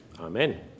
Amen